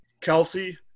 Kelsey